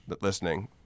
listening